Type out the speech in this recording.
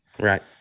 Right